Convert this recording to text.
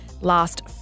last